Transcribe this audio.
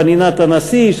חנינת הנשיא,